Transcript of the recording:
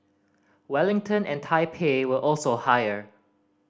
Wellington and Taipei were also higher